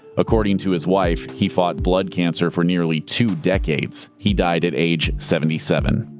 according to his wife, he fought blood cancer for nearly two decades. he died at age seventy seven.